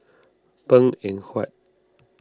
Png Eng Huat